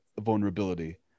vulnerability